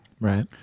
Right